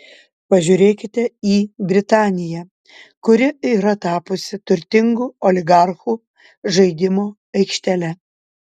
pažiūrėkite į britaniją kuri yra tapusi turtingų oligarchų žaidimo aikštele